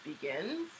begins